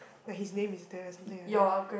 like his name is there or something like that